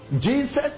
Jesus